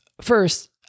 First